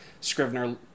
Scrivener